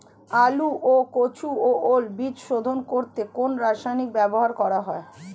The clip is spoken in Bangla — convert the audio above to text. আলু ও কচু ও ওল বীজ শোধন করতে কোন রাসায়নিক ব্যবহার করা হয়?